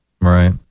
Right